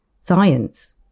science